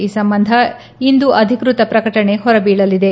ಈ ಸಂಬಂಧ ಇಂದು ಅಧಿಕೃತ ಪ್ರಕಟಣೆ ಹೊರಬೀಳಲಿದೆ